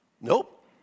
nope